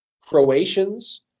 Croatians